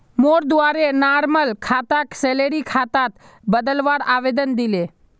मोर द्वारे नॉर्मल खाताक सैलरी खातात बदलवार आवेदन दिले